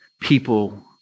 people